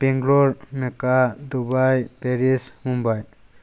Bangalore Mecca Dubai Paris Mumbai